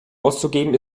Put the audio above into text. auszugeben